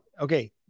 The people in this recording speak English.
Okay